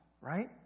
right